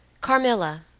Carmilla